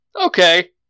Okay